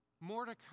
Mordecai